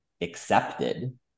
accepted